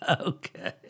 Okay